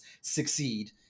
succeed